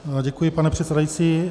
Děkuji, pane předsedající.